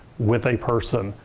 with a person.